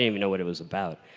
even know what it was about,